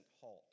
halt